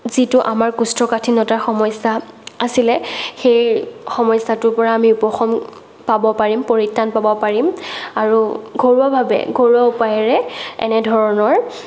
যিটো আমাৰ কৌষ্ঠকাঠিন্যতাৰ সমস্যা আছিলে সেই সমস্যাটোৰ পৰা আমি উপশম পাব পাৰিম পৰিত্ৰাণ পাব পাৰিম আৰু ঘৰুৱাভাৱে ঘৰুৱা উপায়েৰে এনে ধৰণৰ